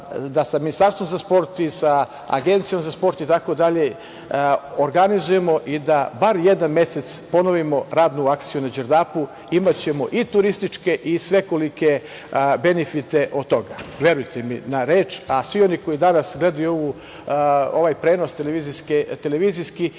sa Ministarstvom za sport i sa Agencijom za sport organizujemo i da barem jedan mesec ponovimo radnu akciju na Đerdapu, imaćemo i turističke i svekolike benefite od toga, verujte mi na reč. Svi oni koji danas gledaju ovaj prenos televizijski